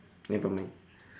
nevermind